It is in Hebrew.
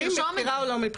מבחירה או לא מבחירה.